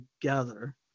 together